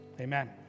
Amen